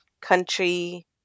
country